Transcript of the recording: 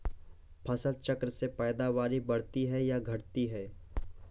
फसल चक्र से पैदावारी बढ़ती है या घटती है?